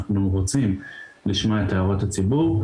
אנחנו רוצים לשמוע את הערות הציבור.